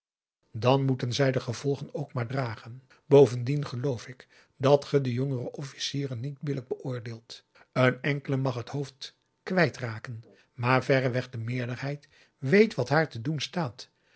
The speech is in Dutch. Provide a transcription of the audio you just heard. dan moeten zij de gevolgen ook maar dragen bovendien geloof ik dat ge de jongere officieren niet billijk beoordeelt een enkele mag t hoofd kwijt raken maar verreweg de meerderheid weet wat haar te doen staat